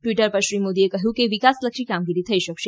Twitter પર શ્રી મોદીએ કહ્યું કે વિકાસલક્ષી કામગીરી થઇ શકશે